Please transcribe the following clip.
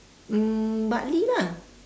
um bartley lah